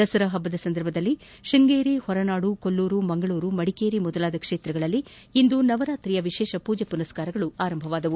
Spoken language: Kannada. ದಸರಾ ಪಬ್ಬದ ಸಂದರ್ಭದಲ್ಲಿ ಶೃಂಗೇರಿ ಹೊರನಾಡು ಕೊಲ್ಲೂರು ಮಂಗಳೂರು ಮಡಿಕೇರಿ ಮೊದಲಾದ ಕ್ಷೇತ್ರಗಳಲ್ಲಿ ಇಂದು ನವರಾತ್ರಿಯ ವಿಶೇಷ ಪೂಜೆ ಮನಸ್ಕಾರಗಳು ಆರಂಭವಾಗಿವೆ